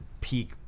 peak